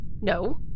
No